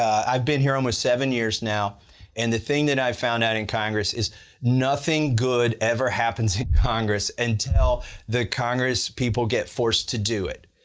i've been here almost seven years now and the thing that i found out in congress is nothing good ever happens in congress until the congress people get forced to do it.